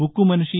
ఉక్కు మనిషి